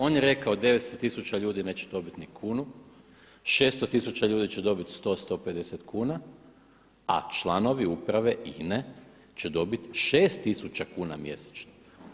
On je rekao 900000 ljudi neće dobiti ni kunu, 600000 ljudi će dobiti 100, 150 kuna, a članovi uprave INA-e će dobiti 6000 kn mjesečno.